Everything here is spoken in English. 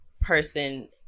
person